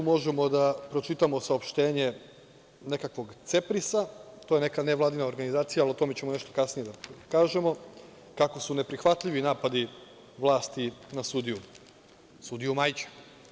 Tu možemo da pročitamo saopštenje nekakvog CEPRIS-a, to je neka nevladina organizacija, ali o tome ćemo nešto kasnije da kažemo, kako su neprihvatljivi napadi vlasti na sudiju Majića.